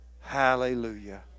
hallelujah